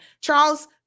Charles